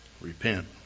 Repent